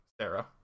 Sarah